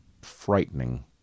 frightening